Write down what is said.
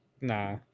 Nah